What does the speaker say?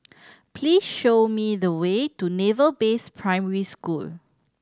please show me the way to Naval Base Primary School